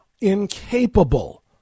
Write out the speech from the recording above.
incapable